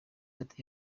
ati